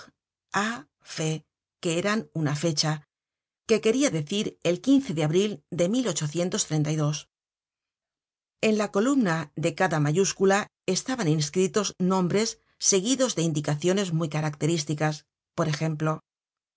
a fe que eran una fecha que queria deir el de abril de en la columna de cada mayúscula estaban inscritos nombres seguidos de indicaciones muy características por ejemplo